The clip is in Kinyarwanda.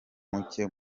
muke